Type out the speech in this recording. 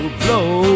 blow